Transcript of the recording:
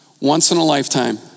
once-in-a-lifetime